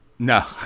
No